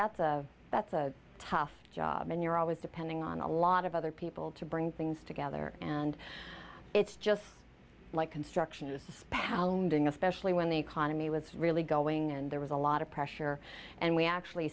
that's a that's a tough job and you're always depending on a lot of other people to bring things together and it's just like construction is pounding especially when the economy was really going and there was a lot of pressure and we actually